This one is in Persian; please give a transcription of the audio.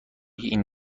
این